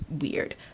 weird